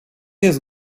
jest